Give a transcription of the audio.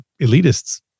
elitists